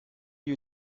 you